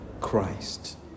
Christ